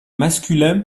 masculin